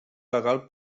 legal